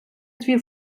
дві